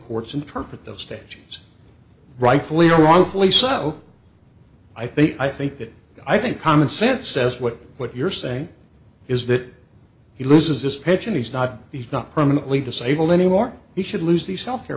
courts interpret those stations rightfully or wrongfully so i think i think that i think common sense says what what you're saying is that he loses his pension he's not he's not permanently disabled anymore he should lose these health care